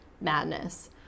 madness